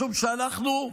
משום שאנחנו,